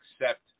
accept